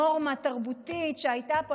נורמה תרבותית שהייתה פה.